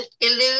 elude